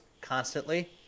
constantly